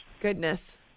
Goodness